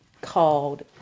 called